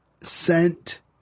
sent